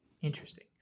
Interesting